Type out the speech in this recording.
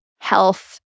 health